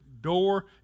door